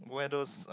weather